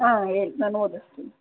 ಹಾಂ ಹೇಳಿ ನಾನು ಓದಿಸ್ತೀನಿ